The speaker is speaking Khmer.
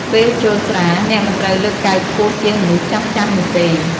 ពេលជល់ស្រា អ្នកមិនត្រូវលើកកែវខ្ពស់ជាងមនុស្សចាស់ៗនោះទេ។